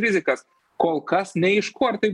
rizikas kol kas neaišku ar tai